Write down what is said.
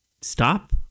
stop